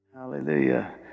Hallelujah